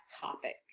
topic